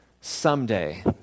someday